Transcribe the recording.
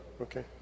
Okay